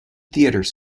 theatre